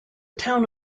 town